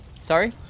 Sorry